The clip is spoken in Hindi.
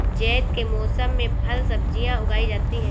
ज़ैद के मौसम में फल सब्ज़ियाँ उगाई जाती हैं